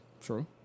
True